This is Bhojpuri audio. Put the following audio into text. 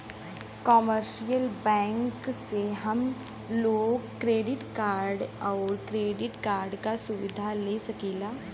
कमर्शियल बैंक से हम लोग डेबिट कार्ड आउर क्रेडिट कार्ड क सुविधा ले सकीला